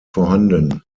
vorhanden